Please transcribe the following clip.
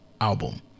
album